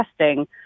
testing